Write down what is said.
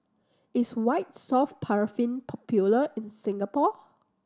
is White Soft Paraffin popular in Singapore